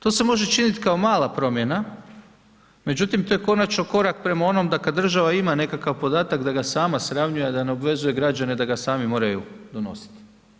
To se može činiti kao mala promjena, međutim to je konačno korak prema onom da kad država ima neki podatak, da ga sama sravnjuje, a da ne obvezuje građane da ga sami moraju donositi.